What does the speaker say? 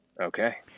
Okay